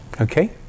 okay